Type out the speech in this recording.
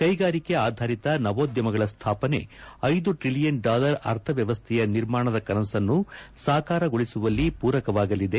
ಕೈಗಾರಿಕೆ ಆಧಾರಿತ ನವೋದ್ಯಮಗಳ ಸ್ಥಾಪನೆ ಐದು ಟ್ರಿಲಿಯನ್ ಡಾಲರ್ ಅರ್ಥವ್ಯವಸ್ಥೆಯ ನಿರ್ಮಾಣದ ಕನಸನ್ನು ಸಾಕಾರಗೊಳಿಸುವಲ್ಲಿ ಪೂರಕವಾಗಲಿದೆ